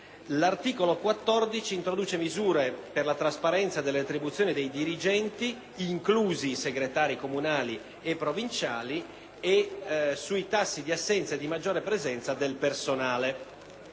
L'articolo 14 introduce misure per la trasparenza sulle retribuzioni dei dirigenti, inclusi i segretari comunali e provinciali, e sui tassi di assenza e di maggiore presenza del personale.